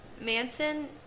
Manson